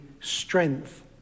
strength